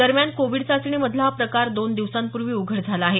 दरम्यान कोविड चाचणी मधील हा प्रकार दोन दिवसांपूर्वी उघड झाला आहे